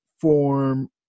form